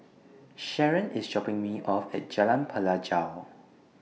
Sharen IS dropping Me off At Jalan Pelajau